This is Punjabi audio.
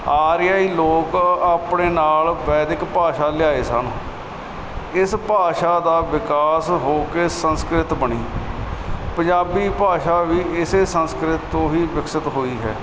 ਆਰਿਆਈ ਲੋਕ ਆਪਣੇ ਨਾਲ ਵੈਦਿਕ ਭਾਸ਼ਾ ਲਿਆਏ ਸਨ ਇਸ ਭਾਸ਼ਾ ਦਾ ਵਿਕਾਸ ਹੋ ਕੇ ਸੰਸਕ੍ਰਿਤ ਬਣੀ ਪੰਜਾਬੀ ਭਾਸ਼ਾ ਵੀ ਇਸੇ ਸੰਸਕ੍ਰਿਤ ਤੋਂ ਹੀ ਵਿਕਸਿਤ ਹੋਈ ਹੈ